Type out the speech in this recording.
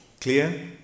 Clear